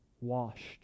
washed